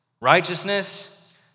righteousness